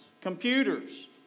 computers